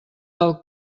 del